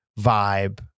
vibe